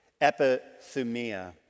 epithumia